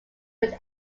would